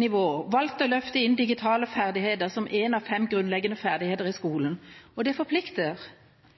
nivå valgt å løfte inn digitale ferdigheter som en av fem grunnleggende ferdigheter i skolen. Det forplikter.